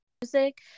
music